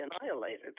annihilated